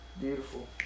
Beautiful